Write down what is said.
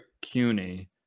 CUNY